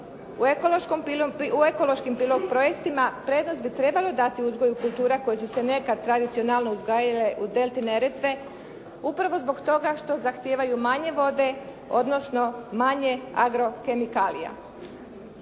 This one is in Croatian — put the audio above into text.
U ekološkim pilot projektima prednost bi trebalo dati uzgoju kultura koje su se nekad tradicionalno uzgajale u Delti Neretve upravo zbog toga što zahtijevaju manje vode, odnosno manje agrokemikalija.